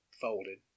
folded